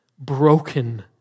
broken